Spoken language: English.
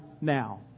now